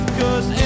cause